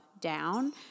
down